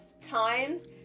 times